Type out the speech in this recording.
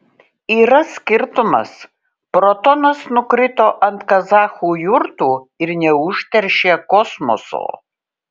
yra skirtumas protonas nukrito ant kazachų jurtų ir neužteršė kosmoso